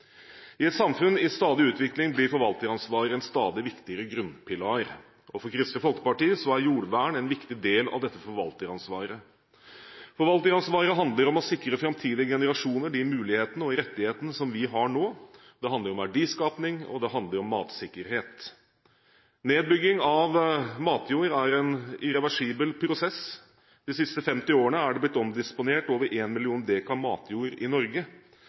I et samfunn i stadig utvikling blir forvalteransvaret en stadig viktigere grunnpilar, og for Kristelig Folkeparti er jordvern en viktig del at dette forvalteransvaret. Forvalteransvaret handler om å sikre framtidige generasjoner de mulighetene og rettighetene som vi har nå. Det handler om verdiskaping, og det handler om matsikkerhet. Nedbygging av matjord er en irreversibel prosess. De siste 50 årene er det blitt omdisponert over 1 million dekar matjord i Norge,